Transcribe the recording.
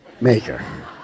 Maker